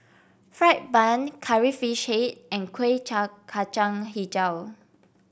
fried bun curry fish and Kueh Kacang hijau